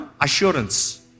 assurance